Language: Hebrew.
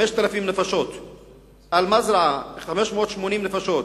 5,000 נפשות, אל-מזרעה, 580 נפשות,